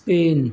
Spain